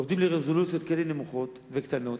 יורדים לרזולוציות כאלה נמוכות וקטנות,